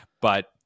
but-